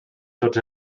tots